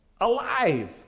alive